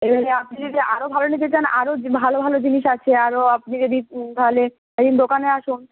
এবারে আপনি যদি আরও ভালো নিতে চান আরও ভালো ভালো জিনিস আছে আরও আপনি যদি তাহলে একদিন দোকানে আসুন